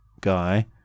guy